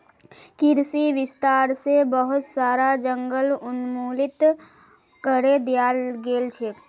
कृषि विस्तार स बहुत सारा जंगल उन्मूलित करे दयाल गेल छेक